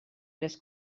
les